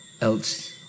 else